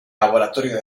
laboratorio